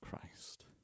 Christ